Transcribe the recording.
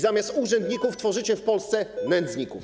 Zamiast urzędników tworzycie w Polsce nędzników.